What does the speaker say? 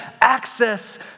access